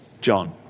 John